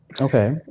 Okay